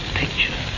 picture